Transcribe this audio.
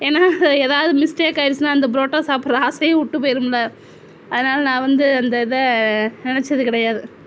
ஏன்னா ஏதாவது மிஸ்டேக் ஆகிடிச்சின்னா அந்த புரோட்டா சாப்பிட்ற ஆசையே விட்டுபோய்டும்ல அதனால் நான் வந்து அந்த இதை நினச்சது கிடையாது